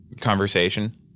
conversation